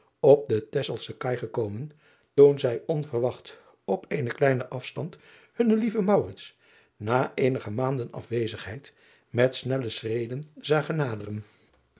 op de exelsche aai gekomen toen zij onverwacht op eenen kleinen afstand hunnen lieven driaan oosjes zn et leven van aurits ijnslager na eenige maanden afwezendheid met snelle schreden zagen naderen